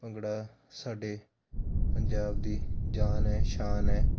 ਭੰਗੜਾ ਸਾਡੇ ਪੰਜਾਬ ਦੀ ਜਾਨ ਹੈ ਸ਼ਾਨ ਹੈ